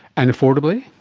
and affordably?